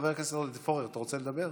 חבר הכנסת עודד פורר, אתה רוצה לדבר?